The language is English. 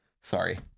Sorry